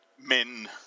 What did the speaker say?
men